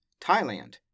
Thailand